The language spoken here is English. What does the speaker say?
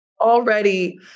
already